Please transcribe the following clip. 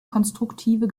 konstruktive